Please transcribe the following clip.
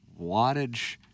wattage